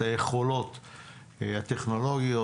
את היכולות הטכנולוגיות.